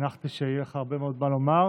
הנחתי שיהיה לך הרבה מאוד מה לומר.